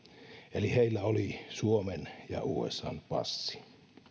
eli heillä oli suomen ja usan passi